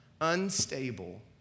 unstable